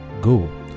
Go